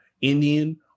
Indian